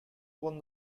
won